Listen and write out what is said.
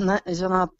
na žinot